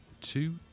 Two